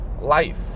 life